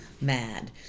Mad